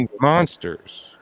monsters